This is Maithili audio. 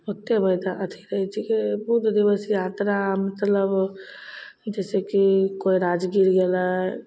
ओतय वे तऽ अथी रहय छीकै बहुदिवस यात्रा मतलब जैसेकि कोइ राजगीर गेलय